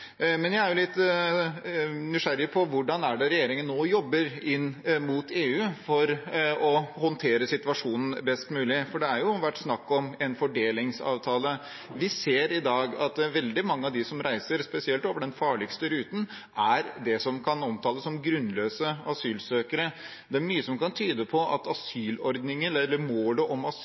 Men jeg er litt nysgjerrig på hvordan regjeringen nå jobber inn mot EU for å håndtere situasjonen best mulig, for det har jo vært snakk om en fordelingsavtale. Vi ser i dag at veldig mange av dem som reiser, spesielt over den farligste ruten, er de som kan omtales som grunnløse asylsøkere. Det er mye som kan tyde på at asylordningen, eller målet om